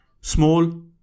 Small